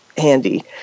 handy